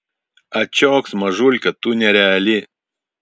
ačioks mažulka tu nereali